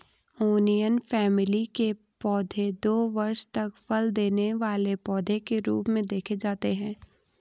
onion family के पौधे दो वर्ष तक फल देने वाले पौधे के रूप में देखे जाते हैं